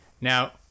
Now